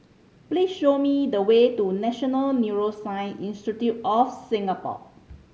please show me the way to National Neuroscience Institute of Singapore